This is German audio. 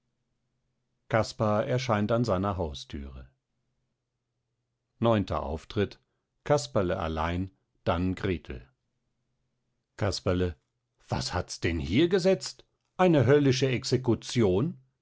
caspar erscheint an seiner hausthüre neunter auftritt casperle allein dann gretl casperle was hats denn hier gesetzt eine höllische execution